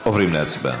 עוברים להצבעה.